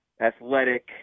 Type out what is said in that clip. athletic